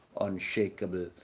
unshakable